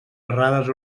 errades